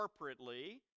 corporately